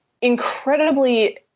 incredibly